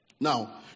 Now